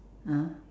ah